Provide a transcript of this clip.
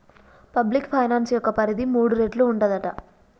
public finance యొక్క పరిధి మూడు రేట్లు ఉంటదట